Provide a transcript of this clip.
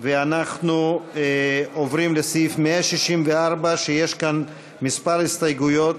ואנחנו עוברים לסעיף 164, ויש כאן כמה הסתייגויות.